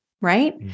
right